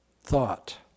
thought